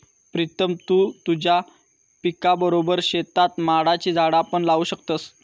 प्रीतम तु तुझ्या पिकाबरोबर शेतात माडाची झाडा पण लावू शकतस